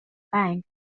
bank